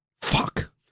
Fuck